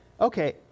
okay